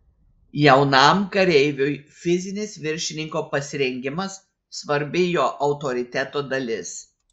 jaunam kareiviui fizinis viršininko pasirengimas svarbi jo autoriteto dalis